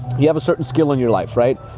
you have a certain skill in your life, right?